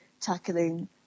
tackling